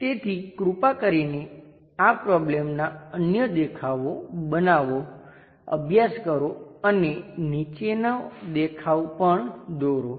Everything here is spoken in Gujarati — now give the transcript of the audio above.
તેથી કૃપા કરીને આ પ્રોબ્લેમનાં અન્ય દેખાવો બનાવી અભ્યાસ કરો અને નીચેનો દેખાવ પણ દોરો